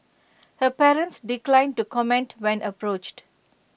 her parents declined to comment when approached